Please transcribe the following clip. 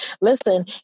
Listen